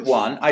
one